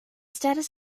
status